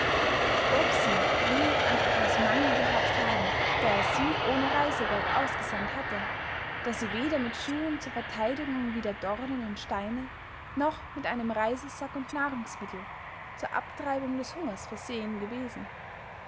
ob sie je an etwas mangel gehabt haben da er sie ohne reisegeld ausgesandt hatte da sie weder mit schuhen zur vertheidigung wider dornen und steine noch mit einem reisesack und nahrungsmittel zur abtreibung des hungers versehen gewesen